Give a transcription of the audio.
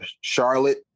Charlotte